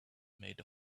made